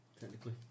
technically